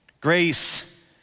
Grace